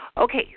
Okay